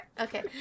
Okay